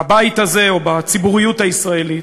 בבית הזה או בציבוריות הישראלית,